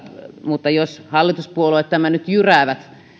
mutta jos hallituspuolueet tämän nyt jyräävät